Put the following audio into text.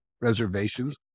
reservations